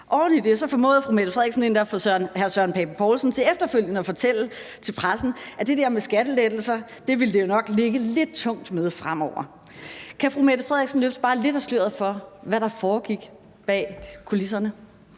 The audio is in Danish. Oven i det formåede fru Mette Frederiksen endda at få hr. Søren Pape Poulsen til efterfølgende at fortælle til pressen, at det der med skattelettelser ville det jo nok ligge lidt tungt med fremover. Kan fru Mette Frederiksen løfte bare lidt af sløret for, hvad der foregik bag kulisserne?